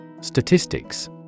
Statistics